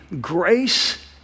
grace